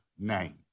name